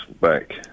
back